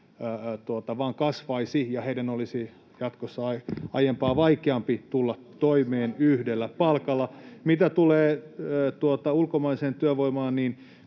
vain kasvaisi ja heidän olisi jatkossa aiempaa vaikeampi tulla toimeen yhdellä palkalla. [Mika Niikon välihuuto] Mitä tulee ulkomaiseen työvoimaan,